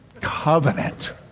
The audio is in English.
covenant